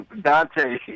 Dante